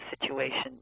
situation